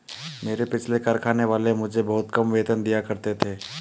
मेरे पिछले कारखाने वाले मुझे बहुत कम वेतन दिया करते थे